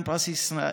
שמחתי